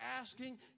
asking